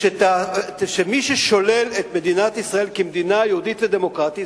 שמי ששולל את מדינת ישראל כמדינה יהודית ודמוקרטית,